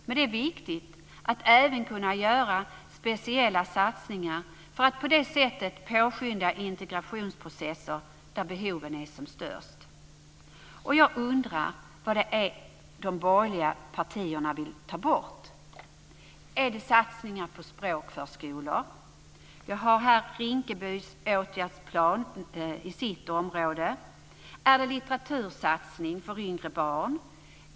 Men det är viktigt att även kunna göra speciella satsningar för att på det sättet påskynda integrationsprocesser där behoven är som störst. Jag undrar vad det är de borgerliga partierna vill ta bort. Är det satsningen på språkförskolor? Jag har här Rinkebys åtgärdsplan för sitt område. Är det litteratursatsning för yngre barn?